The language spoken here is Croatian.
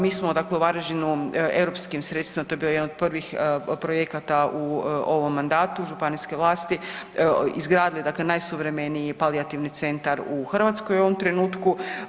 Mi smo dakle u Varaždinu europskim sredstvima, to je bio jedan od prvih projekata u ovom mandatu županijske vlasti izgradili dakle najsuvremeniji palijativni centar u Hrvatskoj u ovom trenutku.